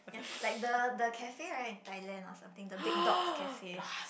ya like the the cafe right in Thailand or something the Big Dog Cafe